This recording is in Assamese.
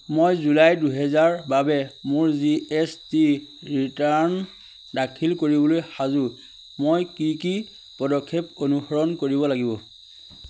মই জুলাই দুহেজাৰ বাবে মোৰ জি এছ টি ৰিটাৰ্ণ দাখিল কৰিবলৈ সাজু মই কি কি পদক্ষেপ অনুসৰণ কৰিব লাগিব